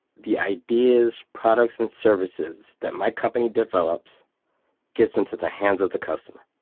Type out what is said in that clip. the ideas, products and services that my company develops gets into the hands of the customer.